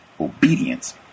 obedience